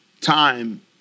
time